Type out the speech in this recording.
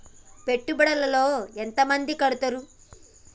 పెట్టుబడుల లో ఎంత మంది కడుతరు?